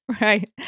Right